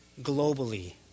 globally